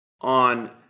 on